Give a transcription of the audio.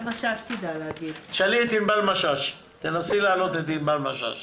חשמלאים, מכונאי חשמל, הנדסאי אלקטרוניקה